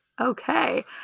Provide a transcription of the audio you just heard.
Okay